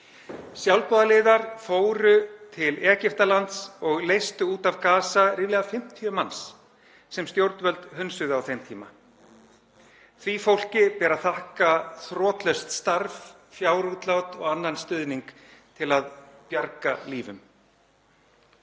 Sjálfboðaliðar fóru til Egyptalands og leystu út af Gaza ríflega 50 manns sem stjórnvöld hunsuðu á þeim tíma. Því fólki ber að þakka þrotlaust starf, fjárútlát og annan stuðning til að bjarga lífum.